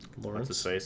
Lawrence